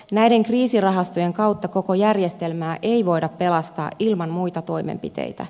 näiden kriisirahastojen kautta koko järjestelmää ei voida pelastaa ilman muita toimenpiteitä